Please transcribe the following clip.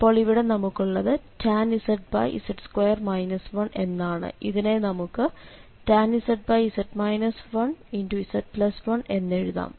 അപ്പോൾ ഇവിടെ നമുക്കുള്ളത് tan z എന്നാണ് ഇതിനെ നമുക്ക് tan z z1 എന്നെഴുതാം